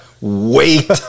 wait